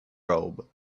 robe